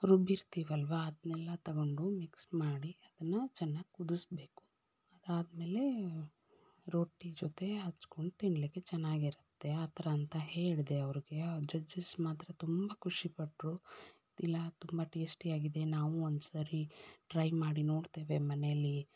ರುಬ್ಬಿರ್ತೀವಲ್ಲವ ಅದನ್ನೆಲ್ಲ ತೊಗೊಂಡು ಮಿಕ್ಸ್ ಮಾಡಿ ಅದನ್ನು ಚೆನ್ನಾಗಿ ಕುದಿಸ್ಬೇಕು ಅದಾದ ಮೇಲೆ ರೊಟ್ಟಿ ಜೊತೆ ಹಚ್ಕೊಂಡು ತಿನ್ನಲಿಕ್ಕೆ ಚೆನ್ನಾಗಿರುತ್ತೆ ಆ ಥರ ಅಂತ ಹೇಳಿದೆ ಅವ್ರಿಗೆ ಆ ಜಜ್ಜಸ್ ಮಾತ್ರ ತುಂಬ ಖುಷಿಪಟ್ಟರು ದ್ ಇಲ್ಲ ತುಂಬ ಟೇಸ್ಟಿಯಾಗಿದೆ ನಾವೂ ಒಂದು ಸಾರಿ ಟ್ರೈ ಮಾಡಿ ನೋಡ್ತೇವೆ ಮನೆಯಲ್ಲಿ